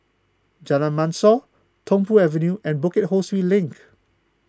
Jalan Mashor Tung Po Avenue and Bukit Ho Swee Link